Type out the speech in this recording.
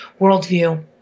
worldview